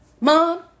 mom